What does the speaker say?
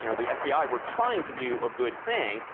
you know the fbi were trying to do a good thing,